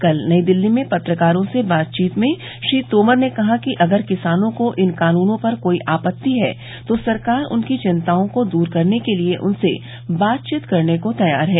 कल नई दिल्ली में पत्रकारों से बातचीत में श्री तोमर ने कहा कि अगर किसानों को इन कानूनों पर कोई आपत्ति है तो सरकार उनकी चिंताओं को दूर करने के लिए उनसे बातचीत करने को तैयार है